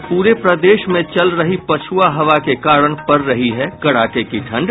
और पूरे प्रदेश में चल रही पछ्आ हवा के कारण पड़ रही है कड़ाके की ठंड